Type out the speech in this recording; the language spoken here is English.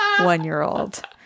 one-year-old